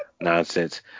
nonsense